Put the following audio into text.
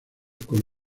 con